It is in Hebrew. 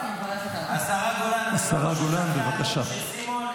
השרה גולן --- של סימון,